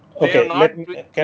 Okay